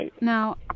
Now